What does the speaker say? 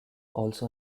also